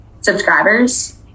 subscribers